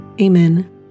Amen